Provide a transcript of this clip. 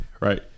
right